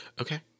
Okay